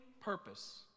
purpose